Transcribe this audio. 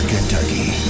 Kentucky